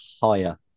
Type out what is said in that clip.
higher